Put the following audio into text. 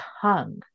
tongue